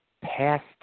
past